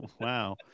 Wow